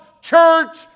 church